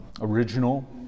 original